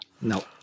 no